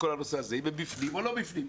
אם הם בפנים או לא בפנים.